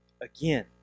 again